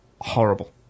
horrible